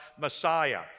Messiah